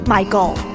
Michael